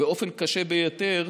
באופן קשה ביותר